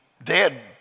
Dead